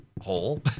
hole